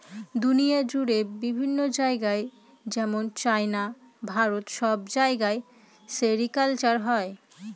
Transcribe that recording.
দুনিয়া জুড়ে বিভিন্ন জায়গায় যেমন চাইনা, ভারত সব জায়গায় সেরিকালচার হয়